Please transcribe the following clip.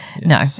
No